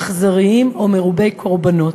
אכזריים או מרובי קורבנות.